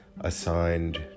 assigned